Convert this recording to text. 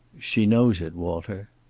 she knows it, walter.